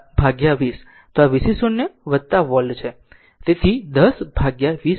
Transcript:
તો vc 0 volt છે તેથી 10 ભાગ્યા 20